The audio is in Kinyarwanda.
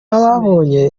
ababonye